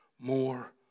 more